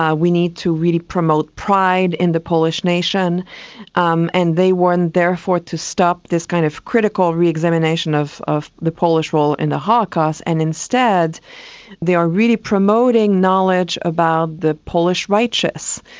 ah we need to really promote pride in the polish nation um and they want therefore to stop this kind of critical re-examination of of the polish role in the holocaust, and instead they are really promoting knowledge about the polish righteous,